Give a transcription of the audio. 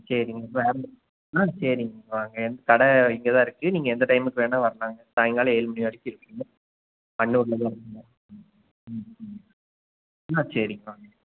சரிங்க ஆ சரிங்க வாங்க எங்கள் கடை இங்கேதான் இருக்குது நீங்கள் எந்த டைமுக்கு வேணால் வரலாங்க சாயங்காலம் ஏழு மணி வரைக்கும் இருக்குங்க மண்ணுாரில் தான் இருக்குங்க ம் ம் ஆ சரிப்பா